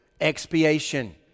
expiation